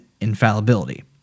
infallibility